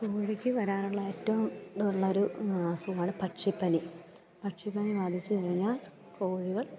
കോഴിക്ക് വരാറുള്ള ഏറ്റവും ഇതുള്ള ഒരു അസുഖമാണ് പക്ഷിപ്പനി പക്ഷിപനി ബാധിച്ച് കഴിഞ്ഞാൽ കോഴികൾ